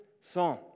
song